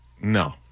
no